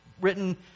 written